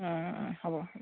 অঁ হ'ব